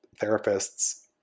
therapists